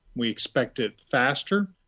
we expect it faster,